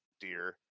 dear